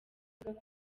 ivuga